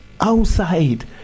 outside